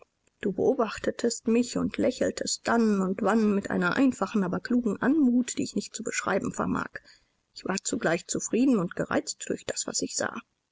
du beobachtetest mich und lächeltest dann und wann mit einer einfachen aber klugen anmut die ich nicht zu beschreiben vermag ich war zugleich zufrieden und gereizt durch das was ich sah